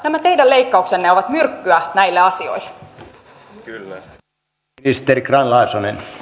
nämä teidän leikkauksenne ovat myrkkyä näille asioille